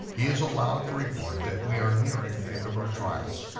he is allowed to report that we are nearing the end of our trials.